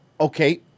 Okay